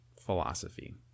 philosophy